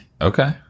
Okay